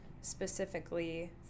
specifically